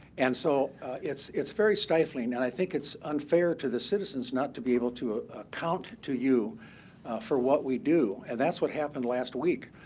and so it's it's very stifling, and i think it's unfair to the citizens not to be able to account to you for what we do. and that's what happened last week.